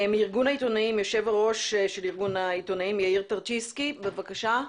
יושב-ראש ארגון העיתונאים, יאיר טרצ'יצקי, בבקשה.